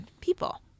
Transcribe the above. people